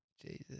Jesus